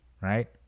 right